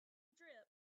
drip